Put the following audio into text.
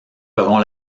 feront